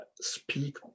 speak